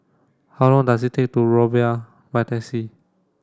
how long does it take to Rumbia by taxi